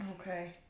okay